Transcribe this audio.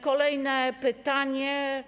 Kolejne pytanie.